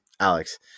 Alex